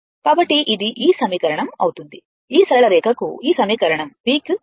కాబట్టి ఇది ఈ సమీకరణం అవుతుంది ఈ సరళ రేఖకు ఈ సమీకరణం V కు సమానం